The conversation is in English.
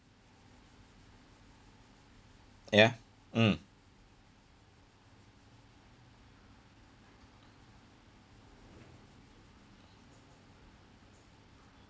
ya mm